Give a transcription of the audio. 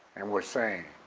and were saying,